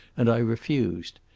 and i refused.